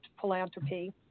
philanthropy